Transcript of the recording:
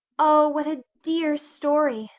oh, what a dear story,